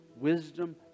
wisdom